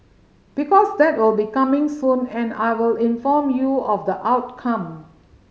because that will be coming soon and I will inform you of the outcome